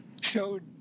Showed